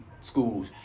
schools